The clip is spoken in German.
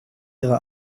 ihre